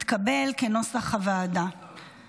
כנוסח הוועדה, התקבל.